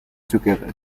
together